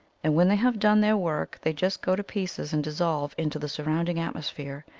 and when they have done their work they just go to pieces and dissolve into the surrounding atmosphere,